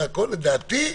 לדעתי,